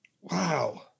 Wow